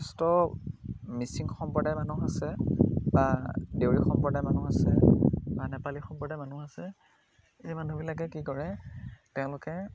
যথেষ্ট মিচিং সম্প্ৰদায়ৰ মানুহ আছে বা দেউৰী সম্প্ৰদায়ৰ মানুহ আছে বা নেপালী সম্প্ৰদায় মানুহ আছে এই মানুহবিলাকে কি কৰে তেওঁলোকে